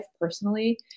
personally